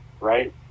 right